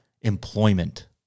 employment